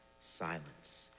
silence